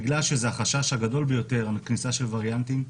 בגלל שזה החשש הגדול ביותר, הכניסה של וריאנטים,